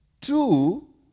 Two